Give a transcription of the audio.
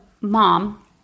mom –